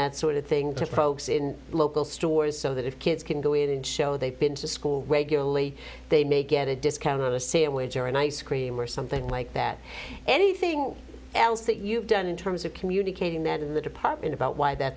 that sort of thing to progress in local stores so that if kids can go in and show they've been to school regularly they may get a discount to say a wage or an ice cream or something like that anything else that you've done in terms of communicating that in the department about why that